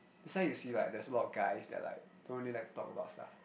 that's why you see like there's a lot of guys that like that don't really like to talk about stuffs